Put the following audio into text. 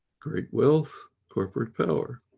great wealth, corporate power.